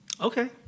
Okay